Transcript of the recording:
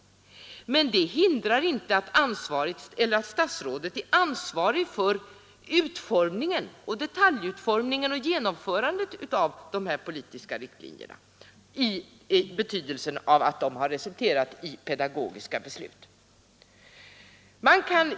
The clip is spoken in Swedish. Men det hindrar inte att statsrådet är ansvarig för detaljutformningen och genomförandet av de politiska riktlinjerna i form av pedagogiska beslut.